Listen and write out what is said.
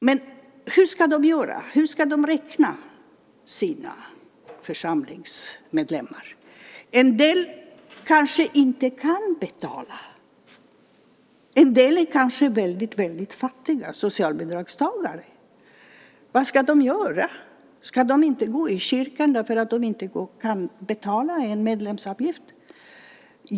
Men hur ska de räkna sina församlingsmedlemmar? En del kanske inte kan betala. En del är kanske väldigt fattiga socialbidragstagare. Vad ska de göra? Ska de inte kunna gå i kyrkan därför att de inte kan betala en medlemsavgift?